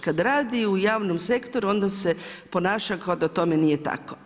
Kada radi u javnom sektoru onda se ponaša kao da tome nije tako.